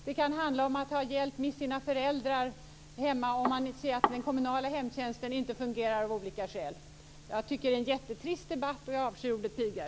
Det kan handla om att få hjälp med sina föräldrar om den kommunala hemtjänsten inte fungerar av olika skäl. Jag tycker att detta är en jättetrist debatt, och jag avskyr ordet pigor.